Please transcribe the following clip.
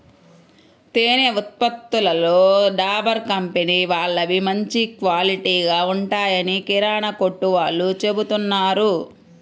తేనె ఉత్పత్తులలో డాబర్ కంపెనీ వాళ్ళవి మంచి క్వాలిటీగా ఉంటాయని కిరానా కొట్టు వాళ్ళు చెబుతున్నారు